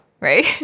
right